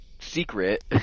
secret